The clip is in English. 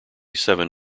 seven